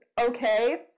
Okay